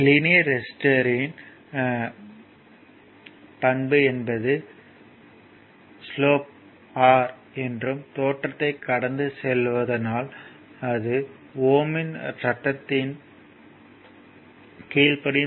linear ரெஜிஸ்டர்யின் பண்பு என்பது ஸ்லோப் R என்றும் தோற்றத்தை கடந்து செல்வதனால் அது ஓம் இன் சட்டத்தை Ohm's Law கீழ்ப்படியும்